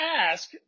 ask